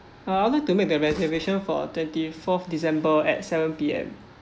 uh I'd like to make the reservation for twenty fourth december at seven P_M